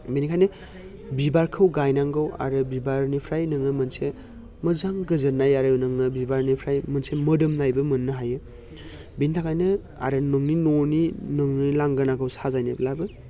बेनिखायनो बिबारखौ गायनांगौ आरो बिबारनिफ्राय नोङो मोनसे मोजां गोजोननाय आरो नोङो बिबारनिफ्राय मोनसे मोदोमनायबो मोननो हायो बिनि थाखायनो आरो नोंनि न'नि नोंनि लांगोनाखौ साजायनोब्लाबो